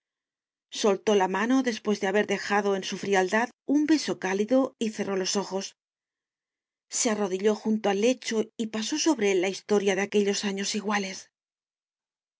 soltó la mano después de haber dejado en su frialdad un beso cálido y cerró los ojos se arrodilló junto al lecho y pasó sobre él la historia de aquellos años iguales